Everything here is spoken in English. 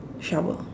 shovel